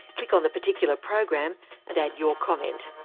click on the particular program and add your comment.